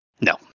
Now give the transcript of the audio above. No